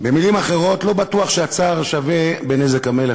במילים אחרות: לא בטוח שהצר שווה בנזק המלך,